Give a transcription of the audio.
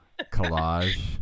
collage